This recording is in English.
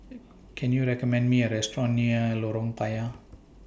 Can YOU recommend Me A Restaurant near Lorong Payah